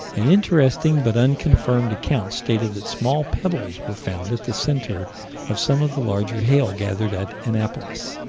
an interesting, but unconfirmed, account stated that small pebbles were found at the center of some of the larger hail gathered at annapolis.